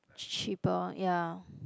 cheaper ya